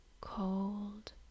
cold